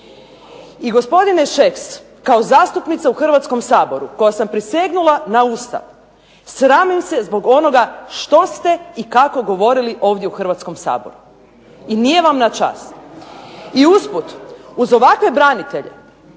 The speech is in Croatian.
I gospodine Šeks, kao zastupnica u Hrvatskom saboru koja sam prisegnula na Ustav, sramim se zbog onoga što ste i kako govorili ovdje u Hrvatskom saboru i nije vam na čast. I usput, uz ovakve branitelje